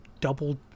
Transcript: double